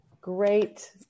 Great